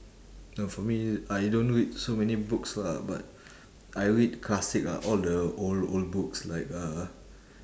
no for me I don't read so many books lah but I read classic ah all the old old books like uh